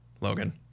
Logan